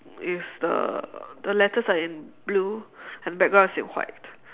it's the the letters are in blue and background is in white